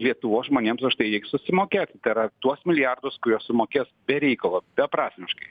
lietuvos žmonėms už tai reiks susimokėti tai yra tuos milijardus kuriuos sumokės be reikalo beprasmiškai